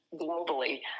globally